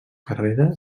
carrera